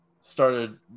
started